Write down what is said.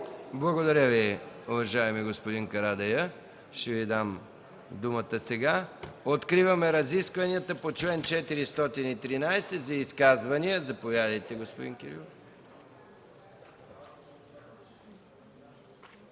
Благодаря Ви, уважаеми господин Карадайъ. Откриваме разискванията по чл. 413 за изказвания. Заповядайте, господин Кирилов.